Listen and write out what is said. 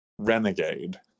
renegade